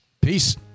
Peace